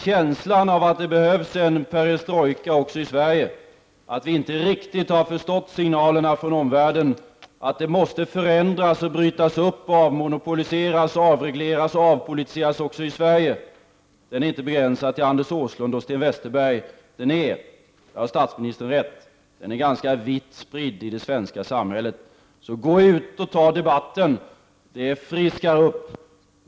Känslan av att det behövs en perestrojka även i Sverige, att vi inte riktigt har förstått signalerna från omvärlden, att det måste förändras, brytas upp, avmonopoliseras, avregleras, avpolitiseras också i Sverige, är inte begränsad till Anders Åslund och Sten Westerberg. Statsministern har rätt: Känslan är ganska vitt spridd i det svenska samhället. Gå och ta debatten! Det friskar upp.